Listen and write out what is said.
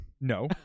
No